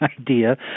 idea